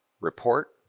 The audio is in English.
Report